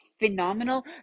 phenomenal